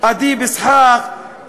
אדיב אסחאק,